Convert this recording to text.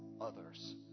others